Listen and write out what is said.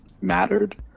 mattered